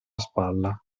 spalla